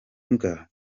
mbwa